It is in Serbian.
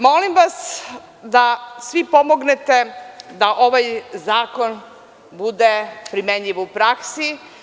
Molim vas da svi pomognete da ovaj zakon bude primenljiv u praksi.